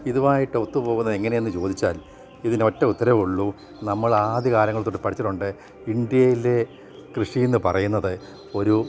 ഇതുമായിട്ട് ഒത്തു പോകുന്ന എങ്ങനെയെന്ന് ചോദിച്ചാൽ ഇതിന് ഒറ്റ ഉത്തരമേ ഉള്ളൂ നമ്മൾ ആദ്യ കാലങ്ങൾ തൊട്ട് പഠിച്ചിട്ടുണ്ട് ഇന്ത്യയിലെ കൃഷി എന്ന് പറയുന്നത് ഒരു